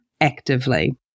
actively